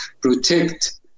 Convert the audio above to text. protect